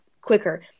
quicker